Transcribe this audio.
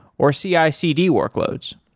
or cicd workloads